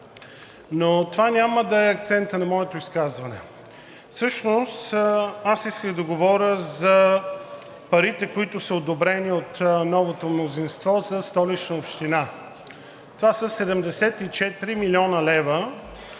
Това няма да е акцентът на моето изказване. Всъщност аз исках да говоря за парите, които са одобрени от новото мнозинство за Столична община. Това са 74 млн. лв.,